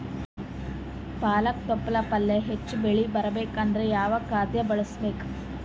ಪಾಲಕ ತೊಪಲ ಪಲ್ಯ ಹೆಚ್ಚ ಬೆಳಿ ಬರಬೇಕು ಅಂದರ ಯಾವ ಖಾದ್ಯ ಬಳಸಬೇಕು?